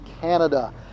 Canada